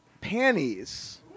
panties